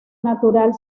natural